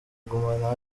guma